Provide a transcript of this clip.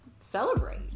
celebrate